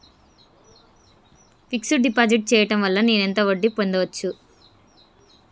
Fix డ్ deposit చేయటం వల్ల నేను ఎంత వడ్డీ పొందచ్చు?